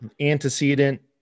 antecedent